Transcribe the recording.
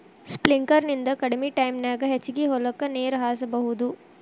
sprinkler ನಿಂದ ಕಡಮಿ ಟೈಮನ್ಯಾಗ ಹೆಚಗಿ ಹೊಲಕ್ಕ ನೇರ ಹಾಸಬಹುದು